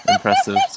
Impressive